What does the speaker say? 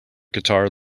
guitar